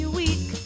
weak